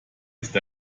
ist